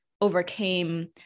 overcame